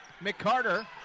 McCarter